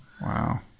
Wow